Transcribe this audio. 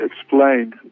explain